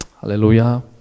Hallelujah